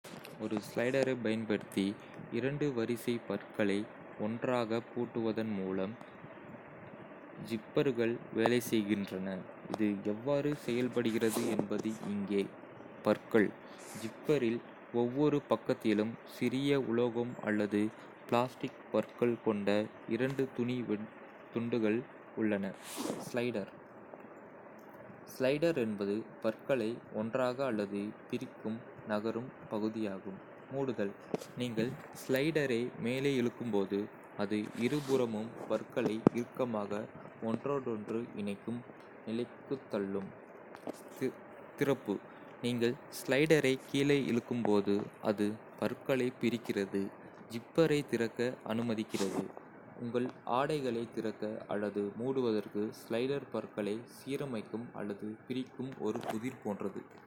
ஒரு ஸ்லைடரைப் பயன்படுத்தி இரண்டு வரிசை பற்களை ஒன்றாகப் பூட்டுவதன் மூலம் ஜிப்பர்கள் வேலை செய்கின்றன. இது எவ்வாறு செயல்படுகிறது என்பது இங்கே. பற்கள் ஜிப்பரில் ஒவ்வொரு பக்கத்திலும் சிறிய உலோகம் அல்லது பிளாஸ்டிக் பற்கள் கொண்ட இரண்டு துணி துண்டுகள் உள்ளன. ஸ்லைடர் ஸ்லைடர் என்பது பற்களை ஒன்றாக அல்லது பிரிக்கும் நகரும் பகுதியாகும். மூடுதல்: நீங்கள் ஸ்லைடரை மேலே இழுக்கும்போது, அது இருபுறமும் பற்களை இறுக்கமாக ஒன்றோடொன்று இணைக்கும் நிலைக்குத் தள்ளும். திறப்பு நீங்கள் ஸ்லைடரை கீழே இழுக்கும்போது, அது பற்களைப் பிரிக்கிறது, ஜிப்பரை திறக்க அனுமதிக்கிறது. உங்கள் ஆடைகளைத் திறக்க அல்லது மூடுவதற்கு ஸ்லைடர் பற்களை சீரமைக்கும் அல்லது பிரிக்கும் ஒரு புதிர் போன்றது.